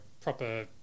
proper